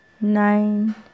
nine